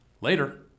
Later